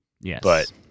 Yes